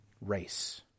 race